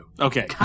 Okay